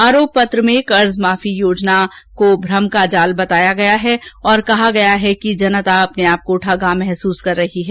आरोप पत्र मे ंकर्ज माफी योजना को भ्रम का जाल बताया है और कहा है कि जनता अपने आप को ठगा महसूस कर ही है